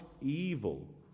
evil